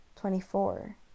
Twenty-four